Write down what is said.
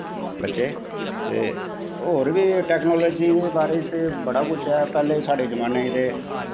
बच्चे ते होर टैकनॉलजी दे जमानें च बी ते बड़ा कुछ ऐ पर